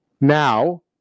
now